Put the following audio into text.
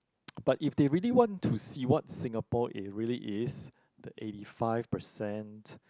but if they really want to see what Singapore it really is the eighty five percent